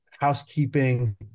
housekeeping